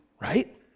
right